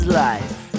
life